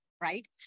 right